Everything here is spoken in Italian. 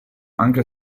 anche